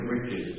riches